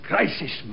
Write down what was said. Crisis